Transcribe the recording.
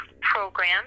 program